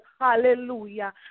Hallelujah